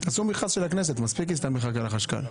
תעשו מכרז של הכנסת, מספיק להסתמך רק על החשכ"ל,